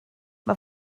mae